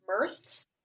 Mirths